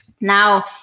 Now